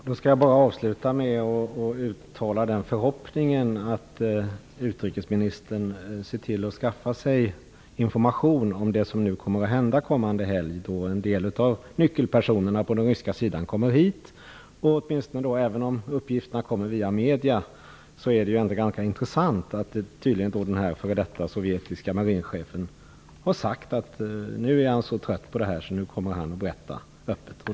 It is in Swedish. Fru talman! Jag skall avsluta med att uttala den förhoppningen att utrikesministern skaffar sig information om det som kommer att hända kommande helg, då en del av nyckelpersonerna på den ryska sidan kommer hit. Även om uppgifterna kommer via medierna är det ändå ganska intressant att f.d. sovjetiska marinchefen tydligen sagt att han nu är så trött på detta att han kommer att berätta öppet.